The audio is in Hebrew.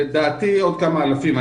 לדעתי עוד כמה אלפים.